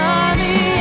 army